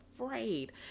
afraid